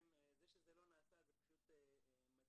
וזה שזה לא נעשה זה פשוט מדאיג.